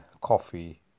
coffee